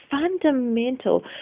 fundamental